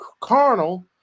carnal